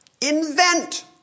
invent